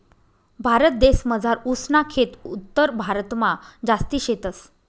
भारतदेसमझार ऊस ना खेत उत्तरभारतमा जास्ती शेतस